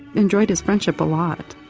enjoyed his friendship a lot.